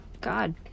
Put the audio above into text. God